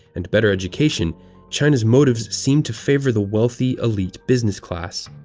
and better education china's motives seem to favor the wealthy, elite business class.